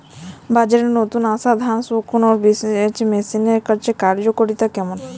বাজারে নতুন আসা ধান শুকনোর মেশিনের কার্যকারিতা কেমন?